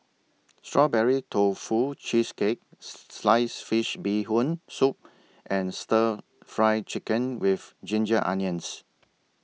Strawberry Tofu Cheesecake Sliced Fish Bee Hoon Soup and Stir Fry Chicken with Ginger Onions